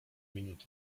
minut